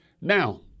Now